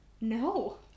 No